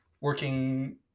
working